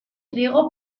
riego